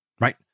right